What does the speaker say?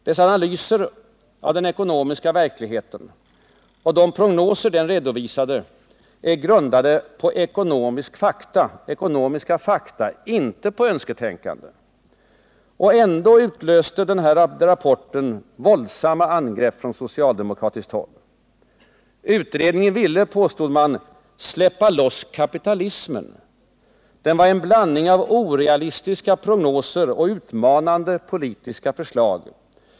Dess analyser av den ekonomiska verkligheten och de prognoser den redovisade är grundade på ekonomiska fakta, inte på önsketänkande. Ändå utlöste den våldsamma angrepp från socialdemokratiskt håll. Utredningen ville — påstods det —” släppa loss kapitalismen”. Den var ”en blandning av orealistiska prognoser och utmanande politiska förslag”.